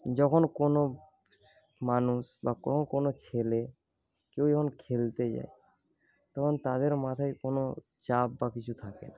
যখন কোন মানুষ বা কোন ছেলে কেউ যখন খেলতে যায় তখন তাদের মাথায় কোন চাপ বা কিছু থাকে না